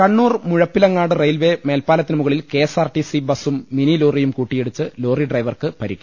Kannur Muzhappilangad railway മേൽപ്പാലത്തിനു മുകളിൽ K S R T C ബസ്സും മിനിലോറിയും കൂട്ടിയിടിച്ച് ലോറി ഡ്രൈവർക്ക് പ്പരിക്ക്